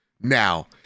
now